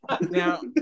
Now